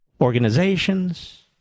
Organizations